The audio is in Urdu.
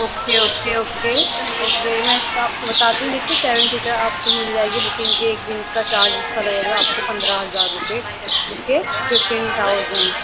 اوکے اوکے اوکے اوکے میں صاحب کو بتاتی لیکن سیون سیٹر آپ كو مِل جائے گی بكنگ کے ایک دِن كا چارج اِس کا لگے گا آپ كو پندرہ ہزار روپے اوكے ففٹین تھاؤزنڈ